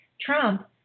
Trump